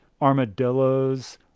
Armadillos